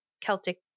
Celtic